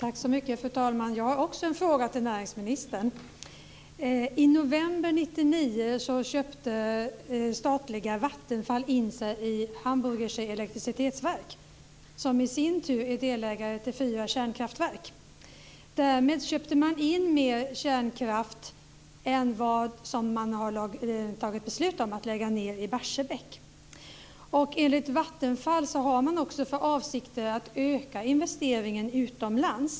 Fru talman! Också jag har en fråga till näringsministern. I november år 1999 köpte statliga Vattenfall in sig i Hamburgische Electricitäts-Werke, som i sin tur är delägare til fyra kärnkraftverk. Därmed köpte man in mer kärnkraft än vad man har fattat beslut om att lägga ned i Barsebäck. Enligt Vattenfall har man också för avsikt att öka investeringen utomlands.